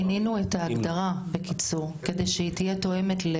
שינינו את ההגדרה בקיצור, כדי שהיא תהיה תואמת.